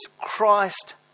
Christ